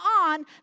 on